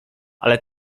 ale